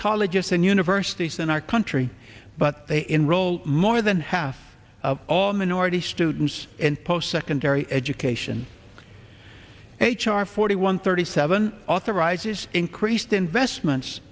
colleges and universities in our country but they enroll more than half of all minority students and post secondary education h r forty one thirty seven authorizes increased investments